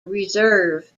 reserve